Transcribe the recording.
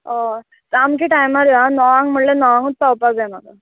हय सामकें टायमार येया णवांक म्हळ्यार णवांकूच पावपाक जाय म्हाका